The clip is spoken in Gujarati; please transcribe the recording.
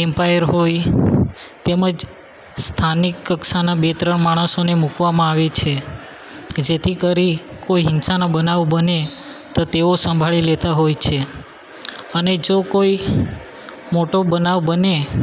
એમ્પાયર હોય તેમ જ સ્થાનિક કક્ષાના બે ત્રણ માણસોને મૂકવામાં આવે છે કે જેથી કરી કોઈ હિંસાના બનાવ બને તો તેઓ સંભાળી લેતા હોય છે અને જો કોઈ મોટો બનાવ બને